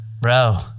Bro